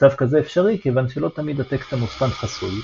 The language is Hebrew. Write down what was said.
מצב כזה אפשרי כיוון שלא תמיד הטקסט המוצפן חסוי,